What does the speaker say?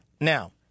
Now